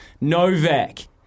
Novak